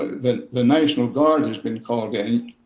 the the national guard has been called in.